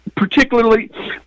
Particularly